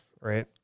Right